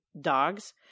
dogs